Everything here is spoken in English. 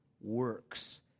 works